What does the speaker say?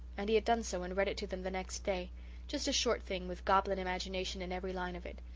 and he had done so, and read it to them the next day just a short thing with goblin imagination in every line of it.